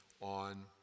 on